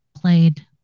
played